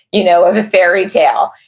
you know, of a fairy tale?